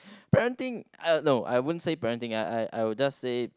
parenting uh no I won't say parenting I I I will just say